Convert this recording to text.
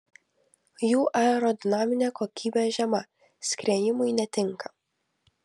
jų aerodinaminė kokybė žema skriejimui netinka